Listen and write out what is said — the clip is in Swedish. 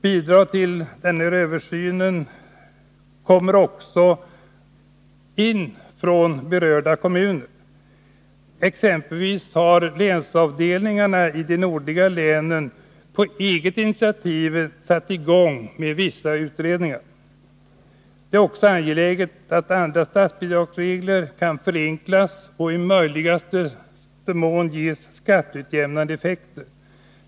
Bidrag till denna översyn kommer också in från berörda kommuner. Exempelvis har länsavdelningarna i de nordliga länen på eget initiativ satt i gång vissa utredningar. Det är också angeläget att andra statsbidragsregler kan förenklas och i möjligaste mån ges skatteutjämnande effekter.